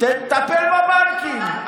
תטפל בבנקים.